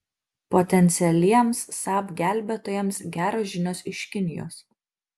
potencialiems saab gelbėtojams geros žinios iš kinijos